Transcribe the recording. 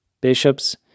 bishops